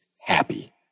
happy